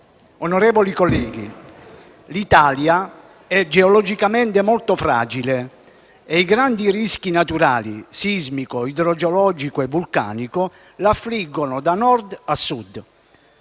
onorevoli colleghi, l'Italia è geologicamente molto fragile e i grandi rischi naturali - sismico, idrogeologico e vulcanico - la affliggono da Nord a Sud.